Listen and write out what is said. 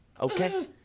Okay